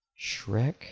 Shrek